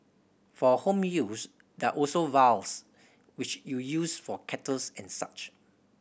for home use there also vials which you use for kettles and such